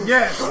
Yes